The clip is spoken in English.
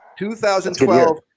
2012